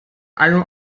einem